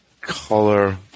color